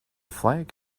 flag